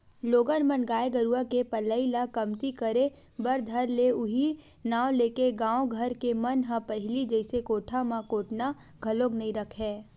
लोगन मन गाय गरुवा के पलई ल कमती करे बर धर ले उहीं नांव लेके गाँव घर के मन ह पहिली जइसे कोठा म कोटना घलोक नइ रखय